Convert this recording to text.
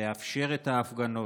לאפשר את ההפגנות,